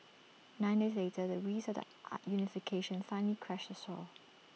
nine days later the waves of the are unification finally crashed ashore